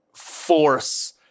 Force